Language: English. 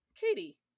Katie